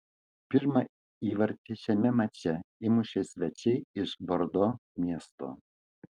pirmą įvartį šiame mače įmušė svečiai iš bordo miesto